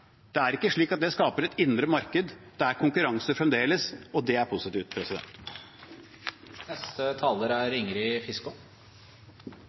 Det er ikke slik at det skaper et indre marked. Det er konkurranse fremdeles, og det er positivt.